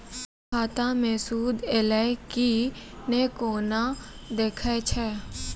खाता मे सूद एलय की ने कोना देखय छै?